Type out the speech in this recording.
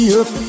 up